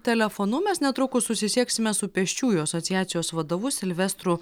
telefonu mes netrukus susisieksime su pėsčiųjų asociacijos vadovu silvestru